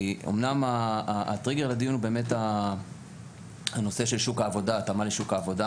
אומנם הטריגר לדיון הוא הנושא של התאמה לשוק העבודה